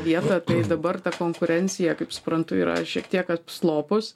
vietą dabar ta konkurencija kaip suprantu yra šiek tiek atslopus